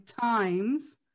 times